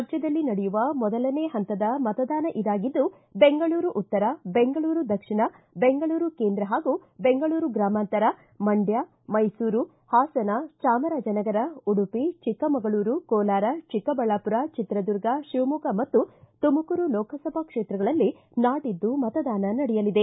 ರಾಜ್ಯದಲ್ಲಿ ನಡೆಯುವ ಮೊದಲನೇ ಹಂತದ ಮತದಾನ ಇದಾಗಿದ್ದು ಬೆಂಗಳೂರು ಉತ್ತರ ಬೆಂಗಳೂರು ದಕ್ಷಿಣ ಬೆಂಗಳೂರು ಕೇಂದ್ರ ಹಾಗೂ ಬೆಂಗಳೂರು ಗ್ರಾಮಾಂತರ ಮಂಡ್ಯ ಮೈಸೂರು ಹಾಸನ ಚಾಮರಾಜನಗರ ಉಡುಪಿ ಚಿಕ್ಕಮಗಳೂರು ಕೋಲಾರ ಚಿಕ್ಕಬಳ್ಳಾಪುರ ಚಿತ್ರದುರ್ಗ ಶಿವಮೊಗ್ಗ ಮತ್ತು ತುಮಕೂರು ಲೋಕಸಭಾ ಕ್ಷೇತ್ರಗಳಲ್ಲಿ ನಾಡಿದ್ದು ಮತದಾನ ನಡೆಯಲಿದೆ